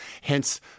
hence